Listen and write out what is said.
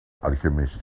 alchemist